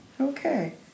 Okay